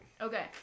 Okay